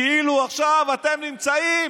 כאילו עכשיו אתם נמצאים